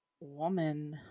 woman